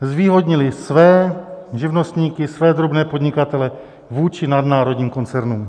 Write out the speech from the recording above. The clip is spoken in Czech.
Zvýhodnili své živnostníky, své drobné podnikatele vůči nadnárodním koncernům.